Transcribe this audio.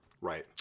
Right